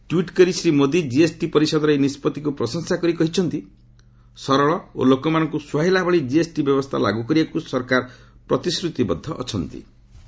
tweet କରି Shri Modi GST ପରିଷଦର ଏହି ନିଷ୍ପଭିକୁ ପ୍ରଶଂସା କରି କହିଛନ୍ତି ସରଳ ଓ ଲୋକମାନଙ୍କୁ ସୁହାଇଲା ଭଳି ଜିଏସ୍ଟି ବ୍ୟବସ୍ଥା ଲାଗୁ କରିବାକୁ ସରକାର ପ୍ରତିଶ୍ରତିବଦ୍ଧ ଥିବା ପ୍ରଧାନମନ୍ତ୍ରୀ କହିଛନ୍ତି